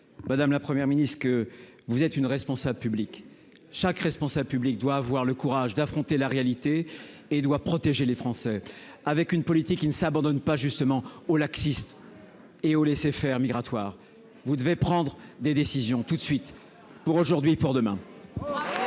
Madame la première ministre que vous êtes une responsable public chaque responsable public doit avoir le courage d'affronter la réalité et doit protéger les Français, avec une politique, il ne s'abandonne pas justement aux laxiste et au laisser-faire migratoire, vous devez prendre des décisions, toute de suite pour aujourd'hui pour demain.